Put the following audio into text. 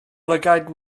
lygaid